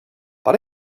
but